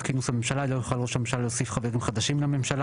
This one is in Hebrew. כינוס הממשלה לא יוכל ראש הממשלה לפטר חברי ממשלה'.